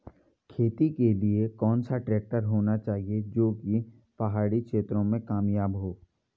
खेती के लिए कौन सा ट्रैक्टर होना चाहिए जो की पहाड़ी क्षेत्रों में कामयाब हो?